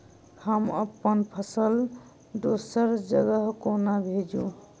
हम अप्पन फसल दोसर जगह कोना भेजू?